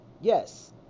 yes